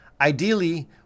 Ideally